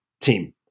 team